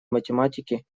математики